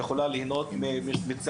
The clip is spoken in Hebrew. כולם ייהנו מהתוצאות